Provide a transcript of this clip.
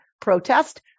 protest